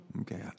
Okay